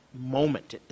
moment